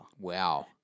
Wow